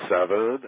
Seven